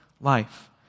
life